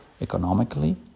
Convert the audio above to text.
economically